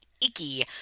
icky